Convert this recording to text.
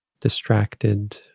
distracted